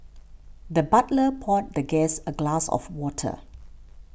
the butler poured the guest a glass of water